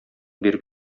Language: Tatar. биреп